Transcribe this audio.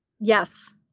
Yes